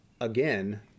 Again